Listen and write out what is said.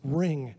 ring